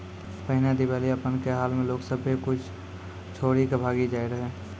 पहिने दिबालियापन के हाल मे लोग सभ्भे कुछो छोरी के भागी जाय रहै